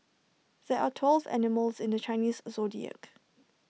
there are twelve animals in the Chinese Zodiac